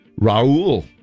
Raul